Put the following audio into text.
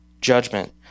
judgment